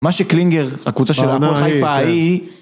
מה שקלינגר, הקבוצה של הפועל חיפה...